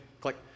click